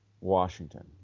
Washington